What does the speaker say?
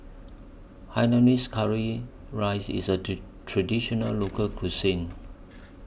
Hainanese Curry Rice IS A Traditional Local Cuisine